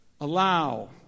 allow